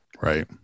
Right